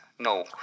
No